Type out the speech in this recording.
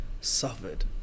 suffered